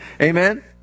Amen